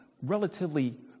relatively